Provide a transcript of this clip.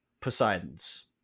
Poseidon's